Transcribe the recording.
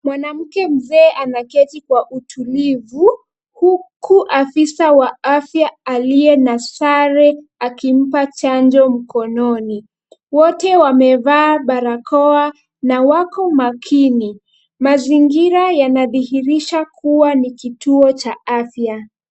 Mwanamke mzee anaketi kwa utulivu huku afisa wa afya aliye na sare akimpa chanjo mkononi. Wote wamevaa barakoa na wako makini. Mazingira yanadhirihisha kuwa ni kituo cha afya.